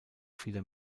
vieler